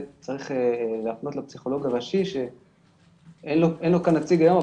צריך להפנות את זה לפסיכולוג הראשי שאין לו כאן נציג היום.